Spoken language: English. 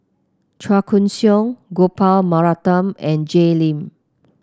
Chua Koon Siong Gopal Baratham and Jay Lim